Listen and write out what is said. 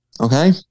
Okay